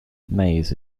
maize